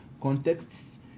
contexts